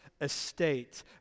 estate